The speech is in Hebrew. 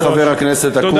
תודה רבה, חבר הכנסת אקוניס.